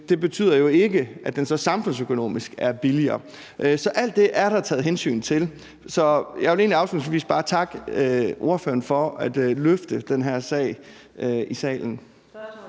det betyder jo så ikke, at det samfundsøkonomisk er billigere. Så alt det er der taget hensyn til. Så jeg vil egentlig afslutningsvis bare takke spørgeren for at løfte den her sag i salen.